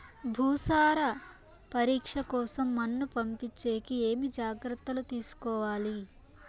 భూసార పరీక్ష కోసం మన్ను పంపించేకి ఏమి జాగ్రత్తలు తీసుకోవాలి?